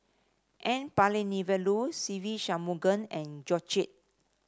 N Palanivelu Se Ve Shanmugam and Georgette Chen